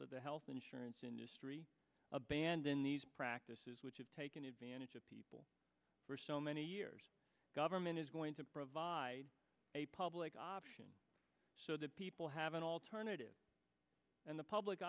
that the health insurance industry abandon these practices which have taken advantage of people were so many years government is going to provide a public option so that people have an alternative and the public